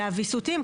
אלא הויסותים,